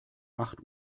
acht